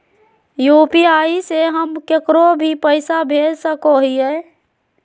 UPI से हम केकरो भी पैसा भेज सको हियै?